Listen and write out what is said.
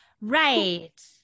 right